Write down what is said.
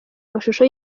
amashusho